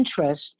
interest